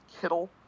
Kittle